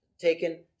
taken